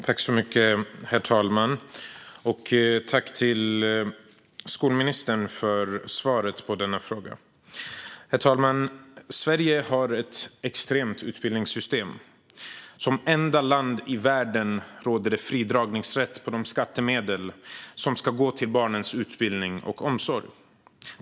Herr talman! Tack till skolministern för svaret på denna fråga! Sverige har ett extremt utbildningssystem. Som enda land i världen har vi fri dragningsrätt på de skattemedel som ska gå till barnens utbildning och omsorg.